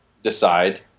decide